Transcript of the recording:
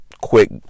Quick